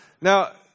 Now